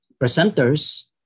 presenters